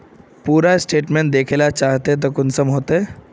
पूरा स्टेटमेंट देखला चाहबे तो कुंसम होते?